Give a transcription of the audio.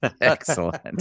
Excellent